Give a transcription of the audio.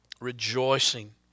rejoicing